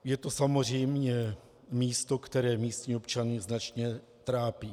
Je to samozřejmě místo, které místní občany značně trápí.